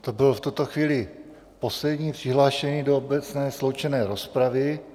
To byl v tuto chvíli poslední přihlášený do obecné sloučené rozpravy.